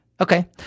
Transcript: Okay